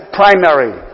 primary